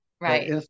Right